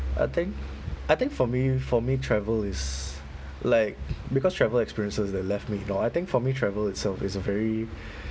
I think I think for me for me travel is like because travel experiences they left me you know I think for me travel itself is a very